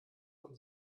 von